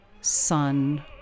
sun